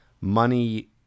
money